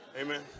Amen